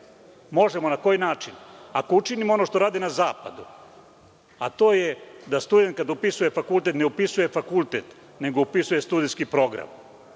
Možemo. Na koji način? Ako učinimo ono što rade na zapadu, a to je da student kada upisuje fakultet ne upisuje fakultet nego upisuje studentski program